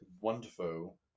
wonderful